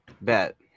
Bet